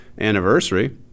anniversary